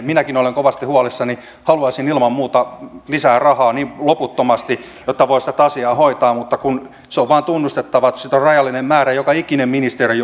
minäkin olen kovasti huolissani ja haluaisin ilman muuta lisää rahaa loputtomasti jotta voisi tätä asiaa hoitaa mutta kun se on vain tunnustettava että sitä on rajallinen määrä ja joka ikinen ministeri